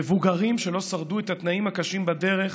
מבוגרים שלא שרדו את התנאים הקשים בדרך,